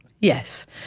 Yes